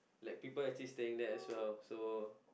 like people actually staying there as well so